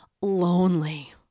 lonely